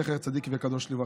זכר צדיק וקדוש לברכה.